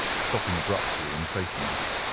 stopping abruptly and facing us.